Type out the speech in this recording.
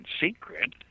secret